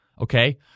okay